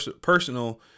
personal